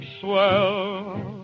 swell